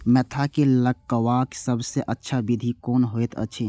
Mentha के लगवाक सबसँ अच्छा विधि कोन होयत अछि?